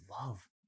love